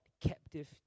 captive